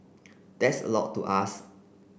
that's a lot to ask